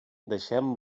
deixem